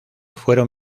fueron